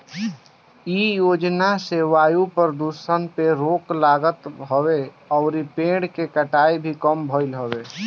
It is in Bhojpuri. इ योजना से वायु प्रदुषण पे रोक लागत हवे अउरी पेड़ के कटाई भी कम भइल हवे